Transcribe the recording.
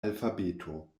alfabeto